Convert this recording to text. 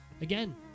Again